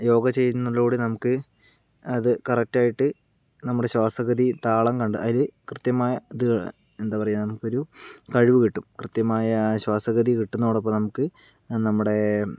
യോഗ ചെയ്യുന്നതിലൂടെ നമുക്ക് അത് കറക്റ്റായിട്ട് നമ്മുടെ ശ്വാസഗതി താളം കണ്ട് അതിൽ കൃത്യമായ ഇതുകള് എന്താ പറയുക നമുക്ക് ഒരു കഴിവ് കിട്ടും കൃത്യമായ ശ്വാസഗതി കിട്ടും അതോടൊപ്പം നമുക്ക് നമ്മുടെ